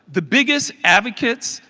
the biggest advocates,